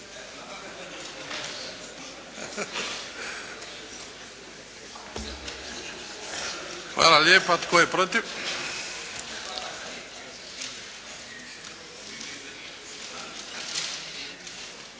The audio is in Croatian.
Hvala lijepa. Tko je protiv? Hvala lijepa.